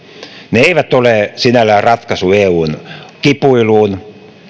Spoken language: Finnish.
ne eivät ole sinällään ratkaisu eun kipuiluun